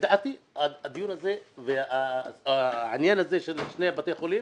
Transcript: לדעתי הדיון הזה והעניין הזה של שני בתי החולים,